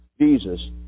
Jesus